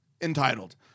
entitled